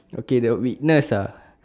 okay the weakness uh